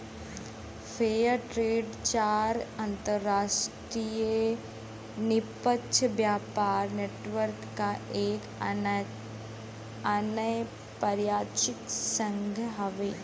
fair trade चार अंतरराष्ट्रीय निष्पक्ष व्यापार नेटवर्क क एक अनौपचारिक संघ हउवे